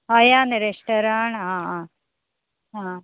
Ayan restaurant आं आं